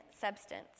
substance